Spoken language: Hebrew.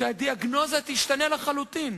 ייתכן שהדיאגנוזה תשתנה לחלוטין.